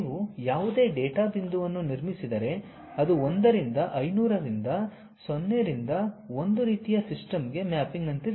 ನೀವು ಯಾವುದೇ ಡೇಟಾ ಬಿಂದುವನ್ನು ನಿರ್ಮಿಸಿದರೆ ಅದು 1 ರಿಂದ 500 ರಿಂದ 0 ರಿಂದ 1 ರೀತಿಯ ಸಿಸ್ಟಮ್ನ ಮ್ಯಾಪಿಂಗ್ನಂತಿದೆ